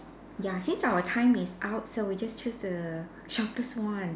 ya since our time is up so we just choose the shortest one